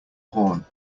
horn